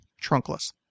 trunkless